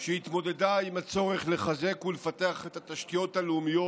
שהתמודדה עם הצורך לחזק ולפתח את התשתיות הלאומיות,